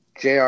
JR